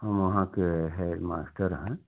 हम वहाँ के हेड मास्टर हैं